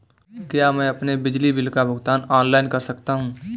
क्या मैं अपने बिजली बिल का भुगतान ऑनलाइन कर सकता हूँ?